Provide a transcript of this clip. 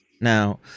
now